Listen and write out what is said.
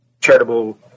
charitable